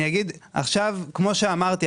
כמו שאמרתי,